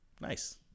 nice